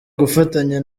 gufatanya